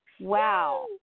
Wow